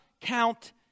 count